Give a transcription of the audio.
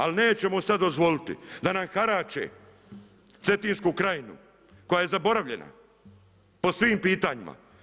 Ali nećemo sada dozvoliti da nam harače Cetinsku krajinu koja je zaboravljena, po svim pitanjima.